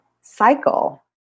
cycle